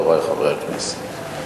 חברי חברי הכנסת,